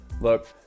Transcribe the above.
Look